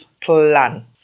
plan